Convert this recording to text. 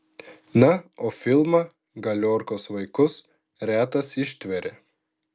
na o filmą galiorkos vaikus retas ištveria